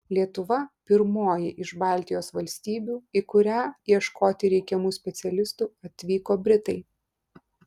lietuva pirmoji iš baltijos valstybių į kurią ieškoti reikiamų specialistų atvyko britai